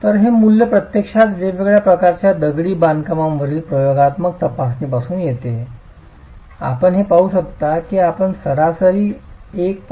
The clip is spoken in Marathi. तर हे मूल्य प्रत्यक्षात वेगवेगळ्या प्रकारच्या दगडी बांधकामावरील प्रयोगात्मक तपासणीतून येते आपण हे पाहू शकता की आपण सरासरी 1